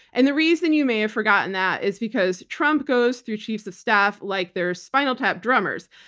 and the reason you may have forgotten that is because trump goes through chiefs of staff like they're spinal tap drummers.